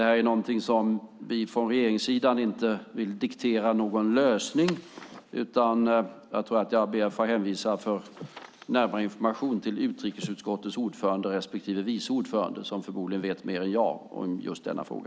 Här vill vi från regeringssidan inte diktera någon lösning, utan jag ber att få hänvisa, för närmare information, till utrikesutskottets ordförande respektive vice ordförande som förmodligen vet mer än jag om just denna fråga.